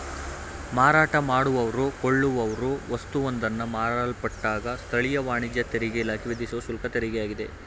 ಮಾರಾಟ ಮಾಡುವವ್ರು ಕೊಳ್ಳುವವ್ರು ವಸ್ತುವೊಂದನ್ನ ಮಾರಲ್ಪಟ್ಟಾಗ ಸ್ಥಳೀಯ ವಾಣಿಜ್ಯ ತೆರಿಗೆಇಲಾಖೆ ವಿಧಿಸುವ ಶುಲ್ಕತೆರಿಗೆಯಾಗಿದೆ